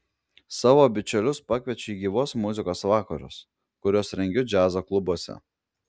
savo bičiulius pakviečiu į gyvos muzikos vakarus kuriuos rengiu džiazo klubuose